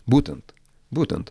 būtent būtent